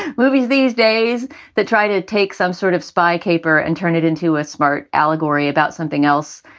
and movies these days that try to take some sort of spy caper and turn it into a smart allegory about something else,